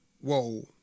Whoa